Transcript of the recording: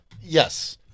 Yes